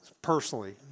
personally